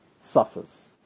suffers